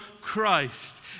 Christ